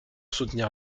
soutenir